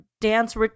dance